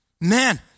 man